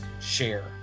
share